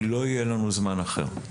כי לא יהיה לנו זמן אחר.